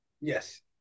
Yes